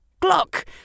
clock